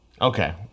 okay